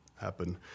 happen